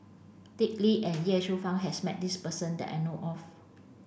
Dick Lee and Ye Shufang has met this person that I know of